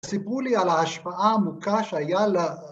סיפרו לי על ההשפעה העמוקה שהיה ל..